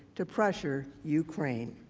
to pressure ukraine.